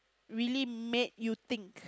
really made you think